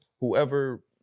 Whoever